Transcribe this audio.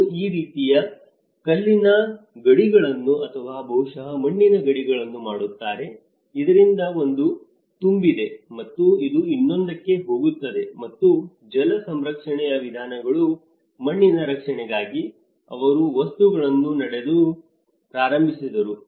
ಅವರು ಈ ರೀತಿಯ ಕಲ್ಲಿನ ಗಡಿಗಳನ್ನು ಅಥವಾ ಬಹುಶಃ ಮಣ್ಣಿನ ಗಡಿಗಳನ್ನು ಮಾಡುತ್ತಾರೆ ಇದರಿಂದ ಒಂದು ತುಂಬಿದೆ ಮತ್ತು ಅದು ಇನ್ನೊಂದಕ್ಕೆ ಹೋಗುತ್ತದೆ ಮತ್ತು ಜಲ ಸಂರಕ್ಷಣೆಯ ವಿಧಾನಗಳು ಮಣ್ಣಿನ ರಕ್ಷಣೆಗಾಗಿ ಅವರು ವಸ್ತುಗಳನ್ನು ನೆಡಲು ಪ್ರಾರಂಭಿಸಿದರು